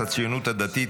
הציונות הדתית,